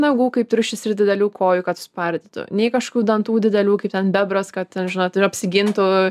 nagų kaip triušis ir didelių kojų kad suspardytų nei kažkokių dantų didelių kaip ten bebras kad ten žinot ir apsigintų